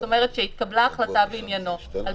זאת אומרת אם התקבלה החלטה בעניינו על